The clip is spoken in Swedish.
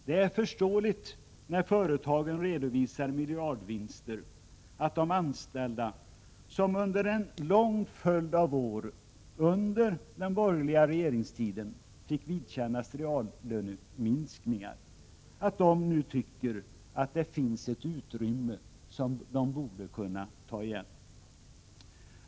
Det är förståeligt när företag visar miljardvinster att de anställda, som under en lång följd av år under den borgerliga regeringstiden fick vidkännas reallöneminskningar, nu tycker att det finns ett utrymme för atttaigen.